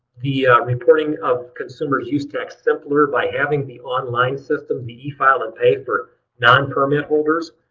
the ah reporting of consumer's use tax simpler by having the online system, the efile and pay for non permit holders.